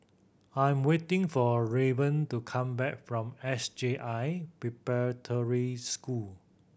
I'm waiting for Rayburn to come back from S J I Preparatory School